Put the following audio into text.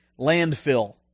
landfill